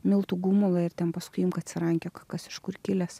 miltų gumulą ir ten paskui imk atsirankiok kas iš kur kilęs